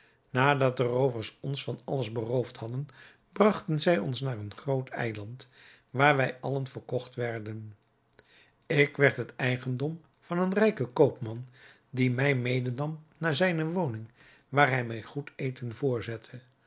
nadat de roovers ons van alles beroofd hadden bragten zij ons naar een groot eiland waar wij allen verkocht werden ik werd het eigendom van een rijken koopman die mij medenam naar zijne woning waar hij mij goed eten voorzette